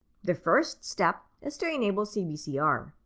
the first step is to enable cbcr.